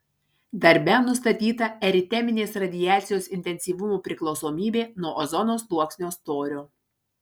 darbe nustatyta eriteminės radiacijos intensyvumo priklausomybė nuo ozono sluoksnio storio